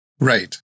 Right